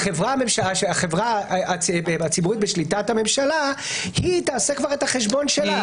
החברה הציבורית בשליטת הממשלה היא תעשה כבר את החשבון שלה.